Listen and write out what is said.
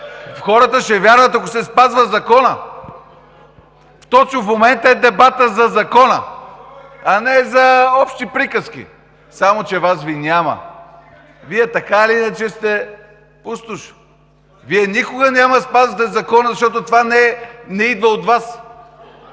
Хората ще вярват, ако се спазва законът. Точно в момента е дебатът за закона, а не за общи приказки. Само че Вас Ви няма. Вие, така или иначе, сте пустош. Вие никога няма да спазвате закона, защото това не идва от Вас.